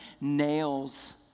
nails